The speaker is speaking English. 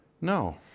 No